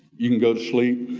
you can go to sleep,